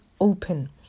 open